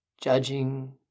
judging